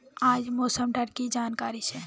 आज मौसम डा की जानकारी छै?